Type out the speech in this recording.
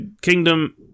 Kingdom